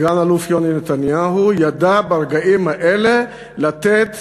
סגן-אלוף יוני נתניהו ידע ברגעים האלה לתת